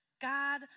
God